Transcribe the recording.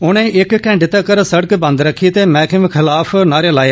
उनें इक घैंटे तक्कर सड़क बंद रक्खी ते मैहकमे खिलाफ नारे लाए